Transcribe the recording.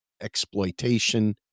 exploitation